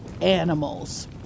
animals